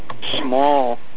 small